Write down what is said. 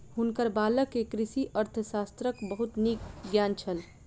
हुनकर बालक के कृषि अर्थशास्त्रक बहुत नीक ज्ञान छल